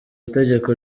itegeko